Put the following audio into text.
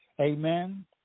Amen